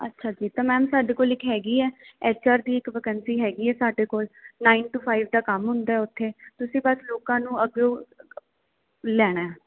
ਅੱਛਾ ਜੀ ਅਤੇ ਮੈਮ ਸਾਡੇ ਕੋਲ ਇੱਕ ਹੈਗੀ ਆ ਐਚ ਆਰ ਦੀ ਇੱਕ ਵੈਕੈਂਸੀ ਹੈਗੀ ਹੈ ਸਾਡੇ ਕੋਲ ਨਾਈਨ ਟੂ ਫਾਈਵ ਦਾ ਕੰਮ ਹੁੰਦਾ ਉਥੇ ਤੁਸੀਂ ਬਸ ਲੋਕਾਂ ਨੂੰ ਅੱਗੇ ਲੈਣਾ